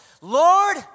Lord